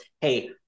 Hey-